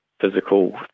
physical